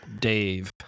Dave